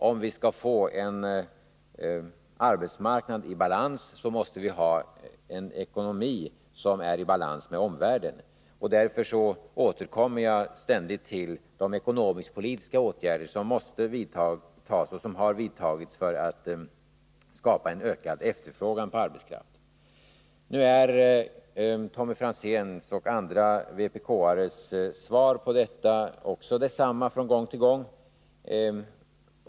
Om vi skall få en arbetsmarknad i balans, måste vi ha en ekonomi som är i balans med omvärlden. Därför återkommer jag ständigt till de ekonomisk-politiska åtgärder som måste vidtas, och som har vidtagits, för att skapa en ökad efterfrågan på arbetskraft. Tommy Franzéns och andra vpk:ares svar på detta är också desamma från gång till gång.